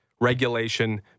regulation